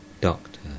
Doctor